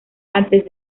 antes